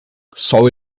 sol